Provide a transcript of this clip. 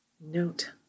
Note